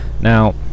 Now